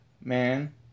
man